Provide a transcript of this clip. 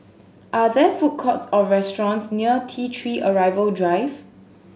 are there food courts or restaurants near T Three Arrival Drive